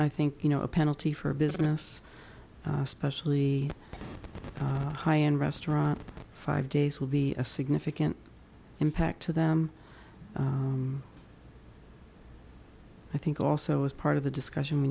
i think you know a penalty for a business especially a high end restaurant five days will be a significant impact to them i think also as part of the discussion